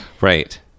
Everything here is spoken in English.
right